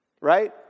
Right